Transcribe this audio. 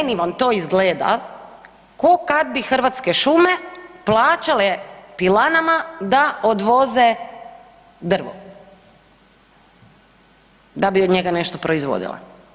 Meni vam to izgleda ko kad bi Hrvatske šume plaćale pilanama da odvoze drvo da bi od njega nešto proizvodile.